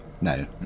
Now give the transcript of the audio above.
no